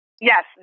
Yes